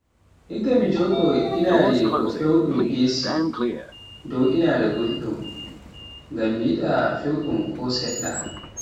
Igga mi joɗo inaare ko fewɗum AC dow inaare gulɗum, ngam mi yiɗa fewɗun ko seɗɗa.